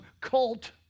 cult